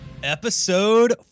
Episode